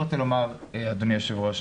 אדוני היושב-ראש,